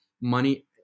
money